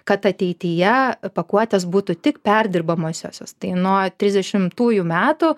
kad ateityje pakuotės būtų tik perdirbamosiosios tai nuo trisdešimtųjų metų